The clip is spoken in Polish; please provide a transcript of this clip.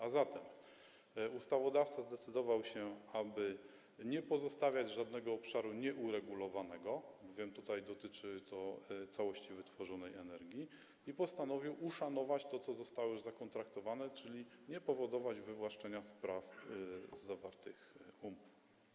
A zatem ustawodawca zdecydował, aby nie pozostawiać żadnego obszaru nieuregulowanego, mówiłem tutaj, dotyczy to całości wytworzonej energii, i postanowił uszanować to, co zostało już zakontraktowane, czyli nie powodować wywłaszczenia z praw wynikających z zawartych umów.